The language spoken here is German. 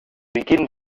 beginn